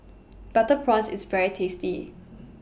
Butter Prawns IS very tasty